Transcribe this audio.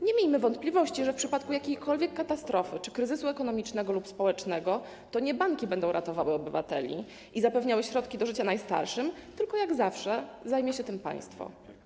Nie miejmy wątpliwości, w przypadku jakiejkolwiek katastrofy czy kryzysu ekonomicznego lub społecznego to nie banki będą ratowały obywateli i zapewniały środki do życia najstarszym, tylko jak zawsze zajmie się tym państwo.